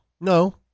No